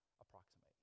approximate